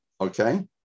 okay